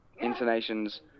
intonations